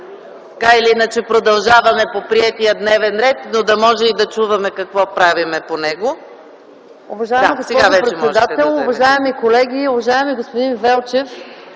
Така или иначе, продължаваме по приетия дневен ред, но да можем и да чуваме какво правим по него.